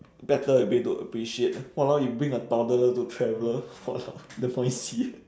better a bit to appreciate !walao! you bring a toddler to travel !walao! damn noisy eh